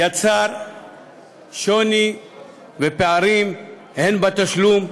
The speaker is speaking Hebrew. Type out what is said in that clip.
הדבר יצר שוני ופערים, הן בתשלום,